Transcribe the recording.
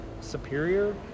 superior